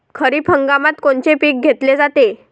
खरिप हंगामात कोनचे पिकं घेतले जाते?